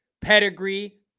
Pedigree